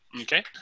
Okay